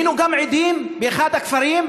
היינו גם עדים באחד הכפרים,